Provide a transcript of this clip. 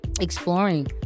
exploring